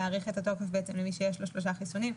להאריך את התוקף למי שיש לו שלושה חיסונים,